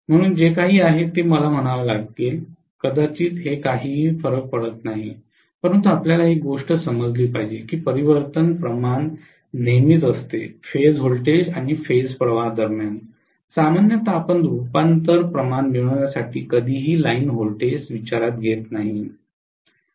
म्हणून जे काही आहे ते मला म्हणावे कदाचित हे काही फरक पडत नाही परंतु आपल्याला एक गोष्ट समजली पाहिजे की परिवर्तन प्रमाण नेहमीच असते फेज व्होल्टेज आणि फेज प्रवाह दरम्यान सामान्यत आपण रूपांतर प्रमाण मिळविण्यासाठी कधीही लाइन व्होल्टेजेस विचारात घेत नाही